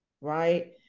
right